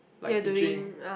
like teaching